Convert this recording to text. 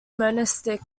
monastic